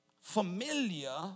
familiar